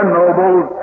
nobles